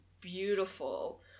beautiful